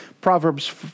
Proverbs